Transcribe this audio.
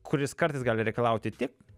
kuris kartais gali reikalauti tik